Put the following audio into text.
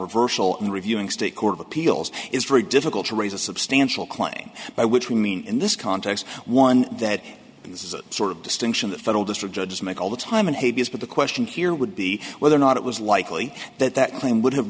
reversal in reviewing state court of appeals is very difficult to raise a substantial claim by which we mean in this context one that this is a sort of distinction that federal district judge to make all the time in hades but the question here would be whether or not it was likely that that claim would have